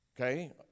Okay